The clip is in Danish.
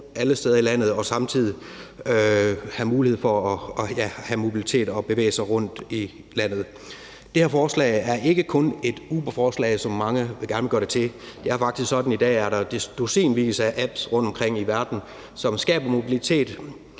alle steder i landet og samtidig have mulighed for at have mobilitet og bevæge sig rundt i landet. Det her forslag er ikke kun et Uberforslag, som mange vil gerne gøre det til. Det er faktisk sådan i dag, at der er i dusinvis af apps rundtomkring i verden, som skaber mobilitet,